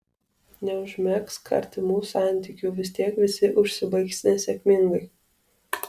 neužmegzk artimų santykių vis tiek visi užsibaigs nesėkmingai